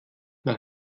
nach